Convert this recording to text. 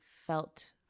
felt